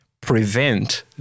prevent